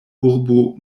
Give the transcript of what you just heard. urbo